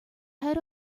head